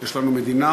יש לנו מדינה,